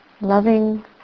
loving